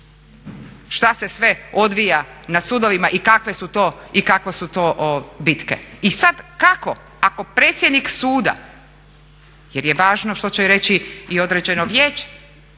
šta se sve odvija na sudovima i kakve su to bitke. I sad kako, ako predsjednik suda jer je važno što će reći i određeno vijeće